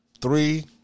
Three